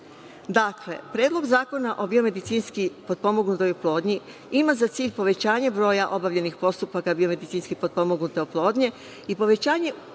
godine. Dakle, Predlog zakona o biomedicinski potpomognutoj oplodnji ima za cilj povećanje broja obavljenih postupaka biomedicinski potpomognute oplodnje i povećanje ukupnog